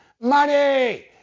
Money